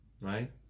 Right